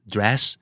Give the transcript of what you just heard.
Dress